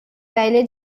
velha